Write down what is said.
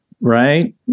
right